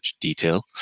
detail